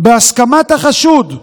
בהסכמת החשוד,